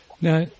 Now